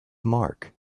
mark